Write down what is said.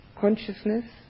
consciousness